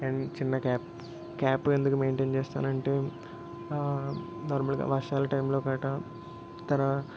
and చిన్న cap cap ఎందుకు maintain చేస్తానంటే దానిమీద వర్షాలు టైంలో గటా తర